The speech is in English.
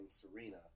Serena